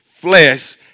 flesh